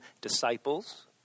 disciples